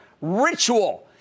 ritual